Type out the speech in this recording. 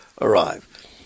arrive